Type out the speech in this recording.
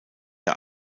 der